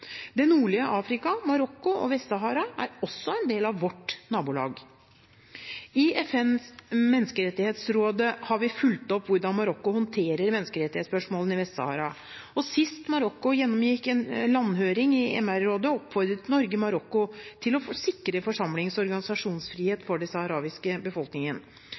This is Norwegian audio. Det nordlige Afrika, Marokko og Vest-Sahara er også en del av vårt nabolag. I FNs menneskerettighetsråd har vi fulgt opp hvordan Marokko håndterer menneskerettighetsspørsmålene i Vest-Sahara. Sist Marokko gjennomgikk en landhøring i MR-rådet, oppfordret Norge Marokko til å sikre forsamlings- og organisasjonsfrihet for den saharawiske befolkningen.